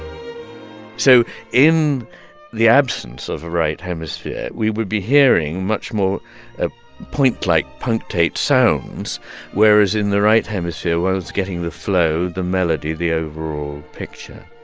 so in the absence of a right hemisphere, we would be hearing much more of ah point-like, punctate sounds whereas in the right hemisphere, well, it's getting the flow, the melody, the overall picture.